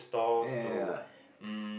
ya ya ya